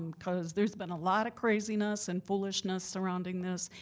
cause there's been a lot of craziness and foolishness surrounding this.